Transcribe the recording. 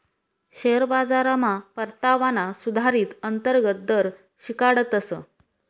share बाजारमा परतावाना सुधारीत अंतर्गत दर शिकाडतस